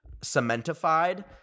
cementified